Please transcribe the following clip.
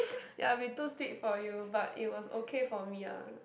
ya it'll be too sweet for you but it was okay for me ah